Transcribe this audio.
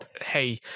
hey